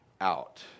out